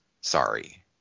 Sorry